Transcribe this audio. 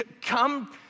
come